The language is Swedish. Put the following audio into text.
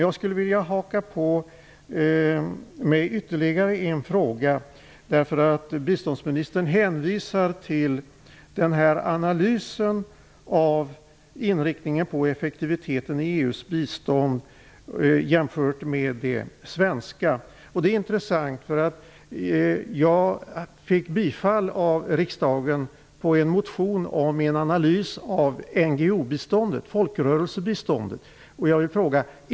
Jag skulle vilja haka på med ytterligare en fråga. Biståndsministern hänvisar till den analys av inriktningen på och effektiviteten i EU:s bistånd jämfört med det svenska biståndet. Det är intressant. Jag fick bifall av riksdagen på en motion om en analys av NGO-biståndet, dvs. folkrörelsebiståndet.